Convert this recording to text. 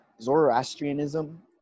Zoroastrianism